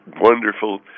wonderful